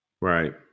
right